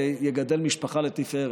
ויגדל משפחה לתפארת.